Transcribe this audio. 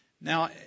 Now